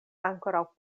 ankoraŭ